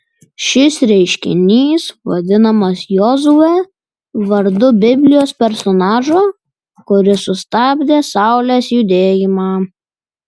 šis reiškinys vadinamas jozue vardu biblijos personažo kuris sustabdė saulės judėjimą